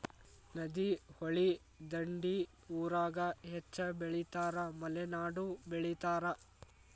ನದಿ, ಹೊಳಿ ದಂಡಿ ಊರಾಗ ಹೆಚ್ಚ ಬೆಳಿತಾರ ಮಲೆನಾಡಾಗು ಬೆಳಿತಾರ